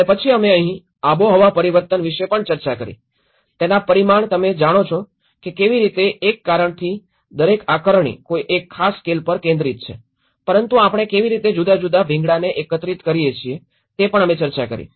અને પછી અમે અહીં આબોહવા પરિવર્તન વિશે પણ ચર્ચા કરી તેના પરિમાણ તમે જાણો છો કે કેવી રીતે એક કારણ થી દરેક આકારણી કોઈ એક ખાસ સ્કેલ પર કેન્દ્રિત છે પરંતુ આપણે કેવી રીતે જુદા જુદા ભીંગડાને એકીકૃત કરવું છે તે પણ અમે ચર્ચા કરી